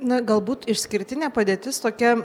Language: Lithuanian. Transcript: na galbūt išskirtinė padėtis tokia